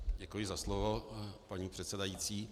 Děkuji za slovo, paní předsedající.